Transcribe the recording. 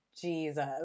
Jesus